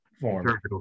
form